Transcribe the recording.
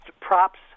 Props